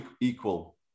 equal